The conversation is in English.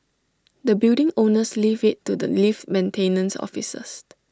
the building owners leave IT to the lift maintenance officers